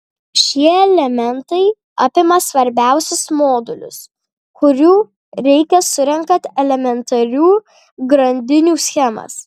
šie elementai apima svarbiausius modulius kurių reikia surenkant elementarių grandinių schemas